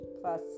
plus